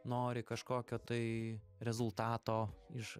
nori kažkokio tai rezultato iš